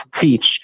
teach